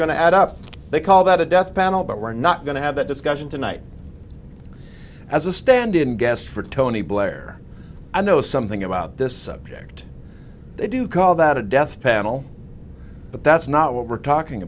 to add up they call that a death panel but we're not going to have that discussion tonight as a stand in guest for tony blair i know something about this subject they do call that a death panel but that's not what we're talking